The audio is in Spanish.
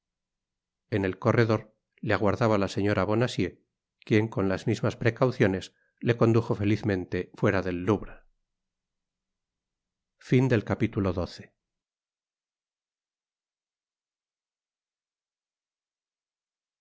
en el corredor le aguardaba la señora bonacieux quien con las mismas precauciones le condujo felizmente fuera del louvre